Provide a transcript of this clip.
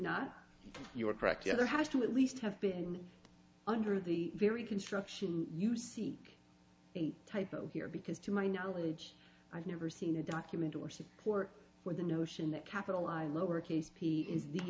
not you are correct the other has to at least have been under the very construction you seek the typo here because to my knowledge i've never seen a document or support for the notion that capitalized lowercase p is the